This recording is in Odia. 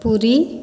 ପୁରୀ